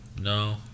No